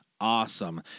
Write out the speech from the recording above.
Awesome